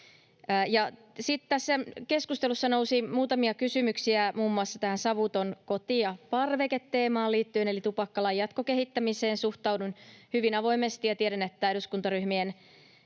keskustelussa nousi muutamia kysymyksiä muun muassa savuton koti ja parveke -teemaan liittyen. Tupakkalain jatkokehittämiseen suhtaudun hyvin avoimesti ja tiedän, että eduskuntaryhmien